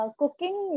cooking